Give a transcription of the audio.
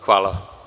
Hvala.